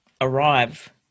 arrive